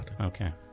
Okay